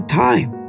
time